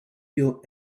feel